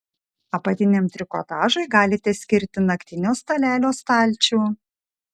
apatiniam trikotažui galite skirti naktinio stalelio stalčių